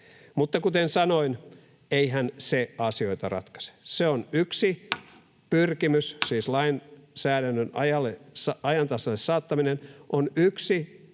Mutta kuten sanoin, eihän se asioita ratkaise. Lainsäädännön ajantasaiselle saattaminen on yksi pyrkimys